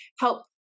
help